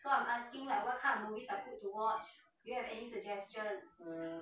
mm